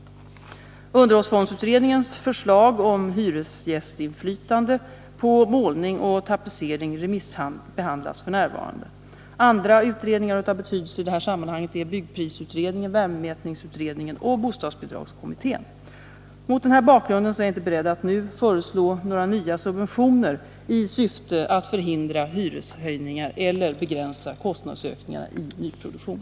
Underhållsfondsutredningens förslag om hyresgästinflytande på målning och tapetsering remissbehandlas f. n. Andra utredningar av betydelse i detta sammanhang är byggprisutredningen, värmemätningsutredningen och bostadsbidragskommittén. Mot denna bakgrund är jag inte beredd att nu föreslå några nya subventioner i syfte att förhindra hyreshöjningar eller begränsa kostnadsökningarna i nyproduktion.